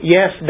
Yes